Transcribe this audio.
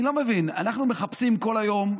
אני לא מבין, אנחנו מחפשים כל היום,